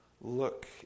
Look